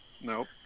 Nope